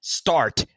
start